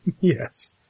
Yes